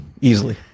easily